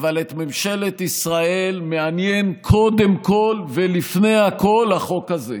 אבל את ממשלת ישראל מעניין קודם כול ולפני הכול החוק הזה.